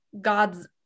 God's